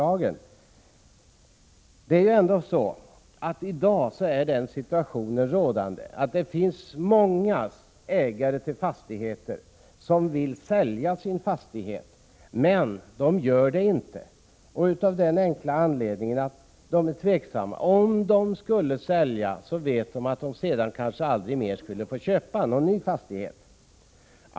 Den i dag rådande situationen är att det finns många ägare till fastigheter som vill sälja sin fastighet. Men de gör det inte av den enkla anledningen att de är tveksamma, för om de skulle sälja vet de att de kanske aldrig mer skulle få köpa någon ny fastighet.